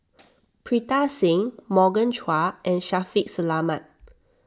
Pritam Singh Morgan Chua and Shaffiq Selamat